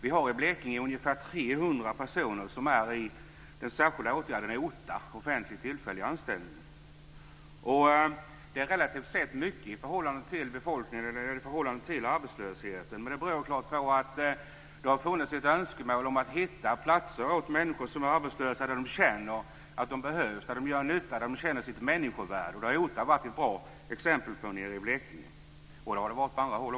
I Blekinge finns ungefär 300 personer i den särskilda åtgärden OTA, offentlig tillfällig anställning. Det är relativt mycket i förhållande till arbetslösheten. Det beror på att det har funnits ett önskemål om att hitta platser åt människor som är arbetslösa där de känner att de behövs, där de gör nytta och känner sitt människovärde. OTA har varit ett bra exempel på det i Blekinge och på andra håll.